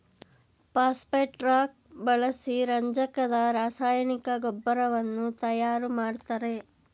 phosphate rock ಬಳಸಿ ರಂಜಕದ ರಾಸಾಯನಿಕ ಗೊಬ್ಬರವನ್ನು ತಯಾರು ಮಾಡ್ತರೆ